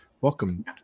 welcome